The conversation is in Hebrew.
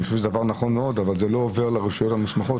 אני חושב שזה דבר נכון מאוד אבל זה לא עובר לרשויות המוסמכות.